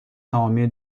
تمامی